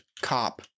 cop